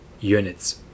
units